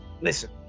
Listen